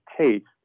taste